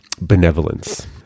benevolence